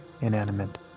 Inanimate